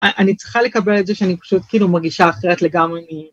אני צריכה לקבל את זה שאני פשוט כאילו מרגישה אחרת לגמרי.